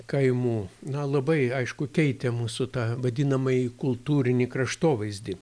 kaimų na labai aišku keitė mūsų tą vadinamąjį kultūrinį kraštovaizdį